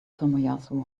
tomoyasu